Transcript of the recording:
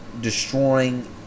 destroying